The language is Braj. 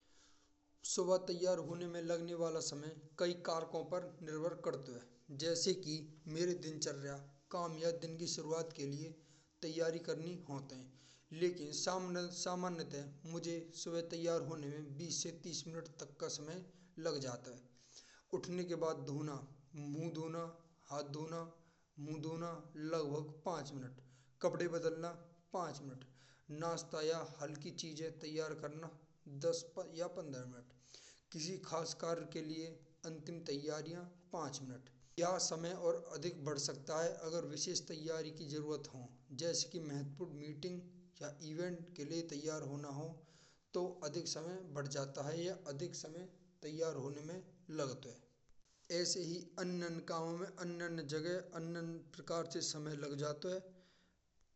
सुबह तैयार होने में लगने वाला समय कई कारकों पर निर्भर करतो है। जैसे की मेरे दिनचर्या काम या दिन की सुरुवात के लिए तैयारी करनी होत है। लेकिन सामान्यतः मुझे सुभः तैयार होने में बीस से तीस मिनट तक का समय लग जात है। उठने के बाद मुँह धोना, हाथ धोना, मुँह धोना। लगभग पाँच मिनट कपड़े बदलना पाँच मिनट नाश्ता या हल्की चीज़ें तैयार करना। दस या पंद्रह मिनट किसी खासकर के लिए अंतिम तैयारियाँ पाँच मिनट यह समय और अधिक बढ़ सकता है। अगर विशेष तैयारी की जरूरत हो जैसे की महत्वपूरण मीटिंग या इवेंट के लिए तैयार होना हो तो अधिक समय बढ़ जाता है। या अधिक समय तैयार होने में लगत है। ऐसे ही अन्य अन्य कामों में अन्य अन्य जगह अन्य अन्य प्रकार से समय लग जातो है।